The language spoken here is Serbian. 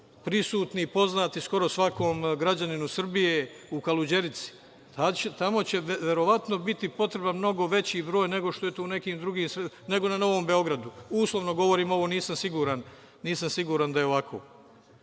prisutni, poznati skoro svakom građaninu Srbije, u Kaluđerici. Tamo će, verovatno, biti potreban mnogo veći broj nego što je to u nekim drugim sredinama, nego na Novom Beogradu. Uslovno govorim ovo, nisam siguran da je ovako.A,